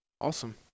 Awesome